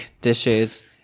dishes